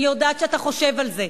אני יודעת שאתה חושב על זה.